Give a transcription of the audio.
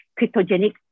cryptogenic